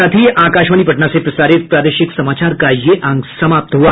इसके साथ ही आकाशवाणी पटना से प्रसारित प्रादेशिक समाचार का ये अंक समाप्त हुआ